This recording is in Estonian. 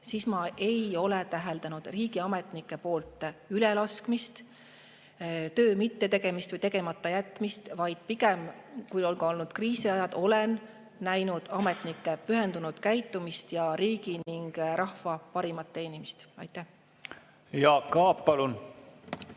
ma ei ole täheldanud riigiametnike poolt ülelaskmist, töö mittetegemist või tegematajätmist, vaid pigem – kui on olnud ka kriisiaeg – olen näinud ametnike pühendunud käitumist ja riigi ning rahva parimat teenimist. Lugupeetud